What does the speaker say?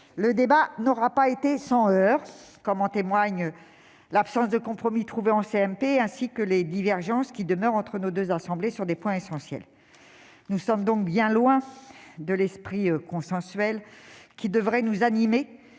Le débat n'aura pas été sans heurts, comme en témoignent l'absence de compromis en commission mixte paritaire et les divergences qui demeurent entre nos deux assemblées sur des points essentiels. Nous sommes bien loin de l'esprit consensuel qui devrait nous animer